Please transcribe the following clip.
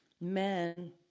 men